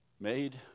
made